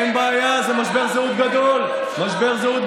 זו רק ההתחלה.